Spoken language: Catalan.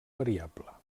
variable